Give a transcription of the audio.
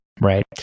right